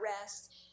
rest